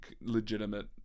legitimate